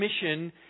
Commission